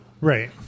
Right